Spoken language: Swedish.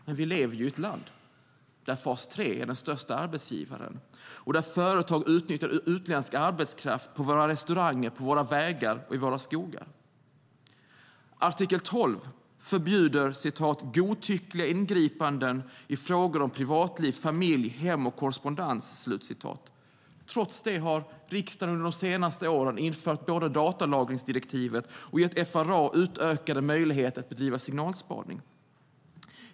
Men vi lever i ett land där fas 3 är den största arbetsgivaren och där företag utnyttjar utländsk arbetskraft på våra restauranger, på våra vägar och i våra skogar. Artikel 12 förbjuder "godtyckligt ingripande i fråga om privatliv, familj, hem eller korrespondens". Trots det har riksdagen under de senaste åren både infört datalagringsdirektivet och gett FRA utökade möjligheter att bedriva signalspaning.